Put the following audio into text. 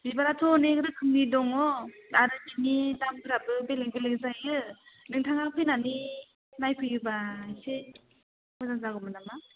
बिबाराथ' अनेक रोखोमनि दङ आरो बेनि दामफोराबो बेलेक बेलेक जायो नोंथाङा फैनानै नायफैयोबा एसे मोजां जागौमोन नामा